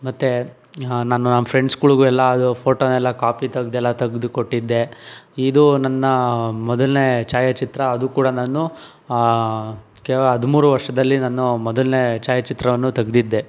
ಮತ್ತೆ ನಾನು ನನ್ನ ಫ್ರೆಂಡ್ಸ್ಗಳಿಗೂ ಎಲ್ಲ ಅದು ಫೋಟೋನೆಲ್ಲ ಕಾಪಿ ತೆಗೆದು ಎಲ್ಲ ತೆಗೆದು ಕೊಟ್ಟಿದ್ದೆ ಇದು ನನ್ನ ಮೊದಲನೇ ಛಾಯಾಚಿತ್ರ ಅದು ಕೂಡ ನಾನು ಕೇವ ಹದಿಮೂರು ವರ್ಷದಲ್ಲಿ ನಾನು ಮೊದಲನೇ ಛಾಯಾಚಿತ್ರವನ್ನು ತೆಗೆದಿದ್ದೆ